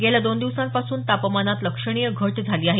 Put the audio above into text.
गेल्या दोन दिवसांपासून तापमानात लक्षणीय घट झाली आहे